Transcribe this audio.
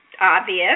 obvious